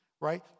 Right